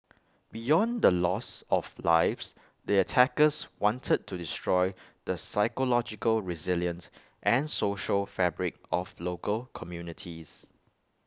beyond the loss of lives the attackers wanted to destroy the psychological resilience and social fabric of local communities